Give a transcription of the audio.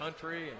country